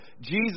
Jesus